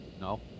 no